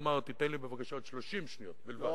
תיתן לי, בבקשה, עוד 30 שניות בלבד.